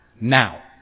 now